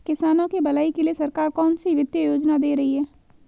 किसानों की भलाई के लिए सरकार कौनसी वित्तीय योजना दे रही है?